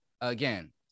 again